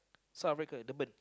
South Africa Durban